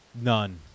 None